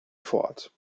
fort